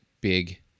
big